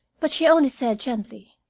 but she only said gently